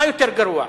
מה יותר גרוע?